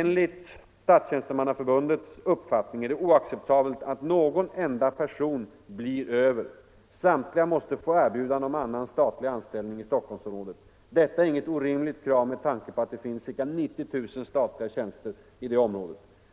”Enligt STs uppfattning är det oacceptabelt att någon enda person "blir över”. Samtliga måste få erbjudande om annan statlig anställning i stockholmsområdet. Detta är inget orimligt krav med tanke på att det finns ca 90 000 statliga tjänster i området.